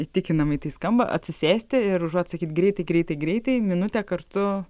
įtikinamai tai skamba atsisėsti ir užuot sakyt greitai greitai greitai minutę kartu